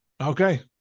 Okay